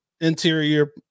interior